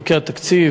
חוקי התקציב,